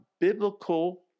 biblical